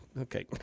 Okay